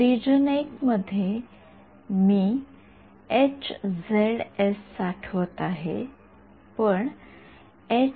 विद्यार्थीः region I मध्ये मी साठवत आहे पण नाही बरोबर